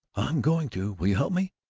i'm going to! will you help me?